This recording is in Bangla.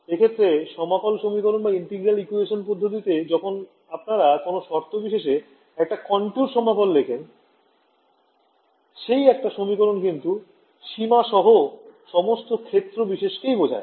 এই ক্ষেত্রে সমাকল সমীকরণ পদ্ধতিতে যখন আপনারা কোন শর্ত বিশেষে একটা কনট্যুর সমাকল লেখেন সেই একটা সমীকরণ কিন্তু সীমা সহ সমস্ত ক্ষেত্র বিশেষ কেই বোঝায়